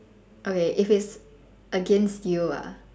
okay if it's against you ah